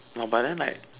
!wah! but then like